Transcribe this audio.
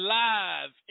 live